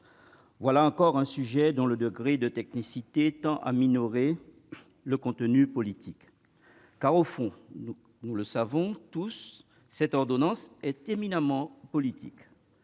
Voilà encore un sujet dont le degré de technicité tend à minorer le contenu politique. Pourtant, nous le savons tous, cette ordonnance est éminemment politique.